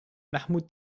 mahmoud